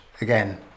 again